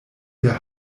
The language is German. der